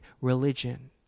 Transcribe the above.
religion